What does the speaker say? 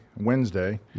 Wednesday